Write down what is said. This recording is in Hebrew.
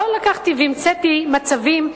לא לקחתי והמצאתי מצבים,